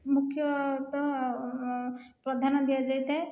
ମୁଖ୍ୟତଃ ପ୍ରାଧାନ୍ୟ ଦିଆଯାଇଥାଏ